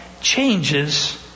changes